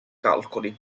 calcoli